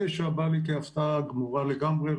תשע באה לי כהפתעה גמורה לגמרי,